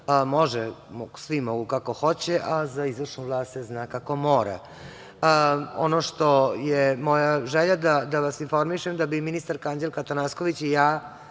može, svi mogu kako hoće, a za izvršnu vlast se zna kako mora. Ono što je moja želja je da vas informišem da bi ministarka Anđelka Atanasković i ja